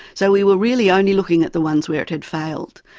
so we were really only looking at the ones where it had failed.